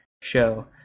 show